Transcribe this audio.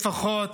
לפחות